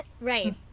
Right